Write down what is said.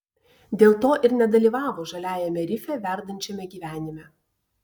dėl to ir nedalyvavo žaliajame rife verdančiame gyvenime